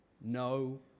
no